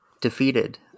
defeated